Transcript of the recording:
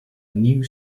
new